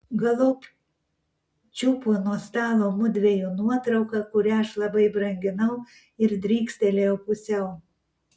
galop čiupo nuo stalo mudviejų nuotrauką kurią aš labai branginau ir drykstelėjo pusiau